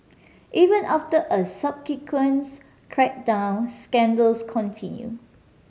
even after a subsequent crackdown scandals continued